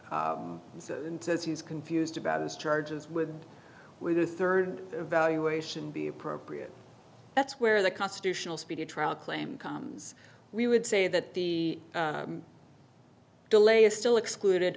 he's confused about his charges would we do third evaluation be appropriate that's where the constitutional speedy trial claim comes we would say that the delay is still excluded